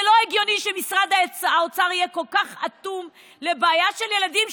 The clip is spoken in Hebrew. זה לא הגיוני שמשרד האוצר יהיה כל כך אטום לבעיה של ילדים,